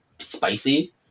spicy